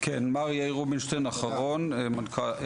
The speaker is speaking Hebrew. מר יאיר רובינשטיין, בבקשה.